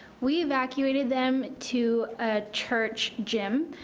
we evacuated them to a church gym.